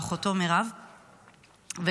מירב,